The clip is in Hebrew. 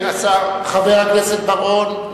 חבר הכנסת בר-און,